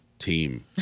team